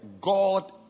God